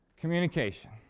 Communication